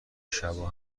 شبا